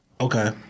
Okay